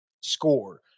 score